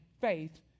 faith